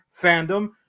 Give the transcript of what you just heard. fandom